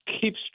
keeps